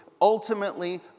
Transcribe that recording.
ultimately